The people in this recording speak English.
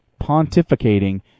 pontificating